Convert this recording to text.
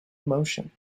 emotion